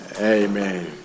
amen